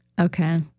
Okay